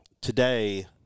today